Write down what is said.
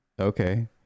Okay